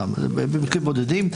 במקרים בודדים.